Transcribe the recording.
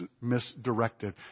misdirected